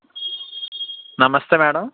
నమస్తే మ్యాడమ్